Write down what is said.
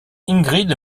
ingrid